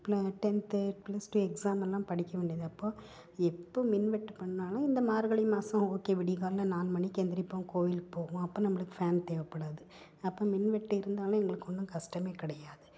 ப்ள tenth plus two எக்ஸாமெல்லாம் படிக்க வேண்டியதுப் போது எப்போ மின்வெட்டு பண்ணிணாலும் இந்த மார்கழி மாதம் ஓகே விடிய காலையில் நாலு மணிக்கு எழுந்திரிப்போம் கோவிலுக்கு போவோம் அப்போ நம்மளுக்கு ஃபேன் தேவைப்படாது அப்போ மின்வெட்டு இருந்தாலும் எங்களுக்கு ஒன்றும் கஷ்டமே கிடையாது